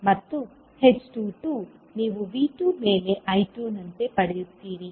ಮತ್ತು h22 ನೀವು V2 ಮೇಲೆ I2 ನಂತೆ ಪಡೆಯುತ್ತೀರಿ